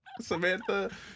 samantha